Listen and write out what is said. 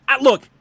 look